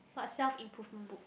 got self improvement book